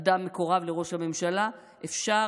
אדם מקורב לראש הממשלה אפשר,